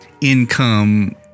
income